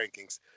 rankings